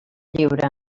lliure